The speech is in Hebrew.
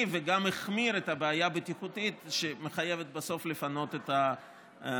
וגם החמיר את הבעיה הבטיחותית והיא מחייבת בסוף לפנות את הדיירים.